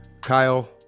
Kyle